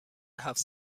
هفت